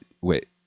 wait